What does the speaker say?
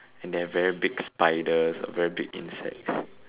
and there are very big spiders and very big insects